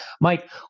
mike